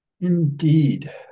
Indeed